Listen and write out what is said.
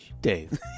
Dave